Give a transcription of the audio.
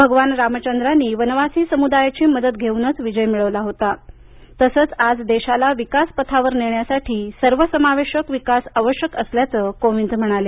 भगवान रामचंद्रानी वनवासी समुदायाची मदत घेऊनच विजय मिळवला होता तसंच आज देशाला विकास पथावर नेण्यासाठी सर्वसमावेशक विकास आवश्यक असल्याचं कोविंद म्हणाले